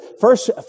First